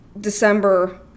December